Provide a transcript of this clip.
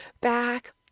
back